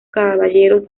caballeros